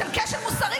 של כשל מוסרי,